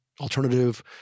alternative